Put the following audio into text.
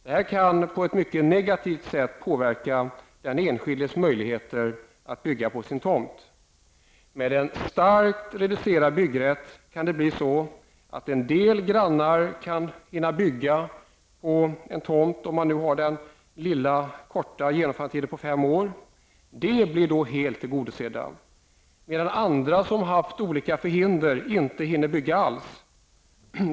Det här kan på ett mycket negativt sätt påverka den enskildes möjligheter att bygga på sin tomt. Med en starkt reducerad byggrätt kan det bli så att en del grannar kan ha hunnit bygga inom fem år. De blir då helt tillgodosedda, medan andra som haft olika förhinder inte hinner bygga alls.